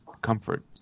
comfort